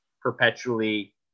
perpetually